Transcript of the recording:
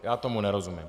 Já tomu nerozumím.